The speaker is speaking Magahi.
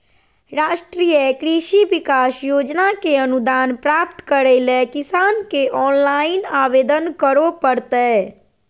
राष्ट्रीय कृषि विकास योजना के अनुदान प्राप्त करैले किसान के ऑनलाइन आवेदन करो परतय